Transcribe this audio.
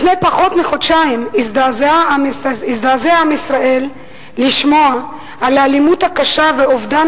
לפני פחות מחודשיים הזדעזע עם ישראל לשמוע על האלימות הקשה ואובדן